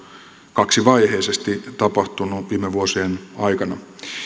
kaksivaiheisesti tapahtunut viime vuosien aikana